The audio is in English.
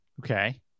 okay